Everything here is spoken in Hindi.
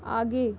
आगे